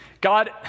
God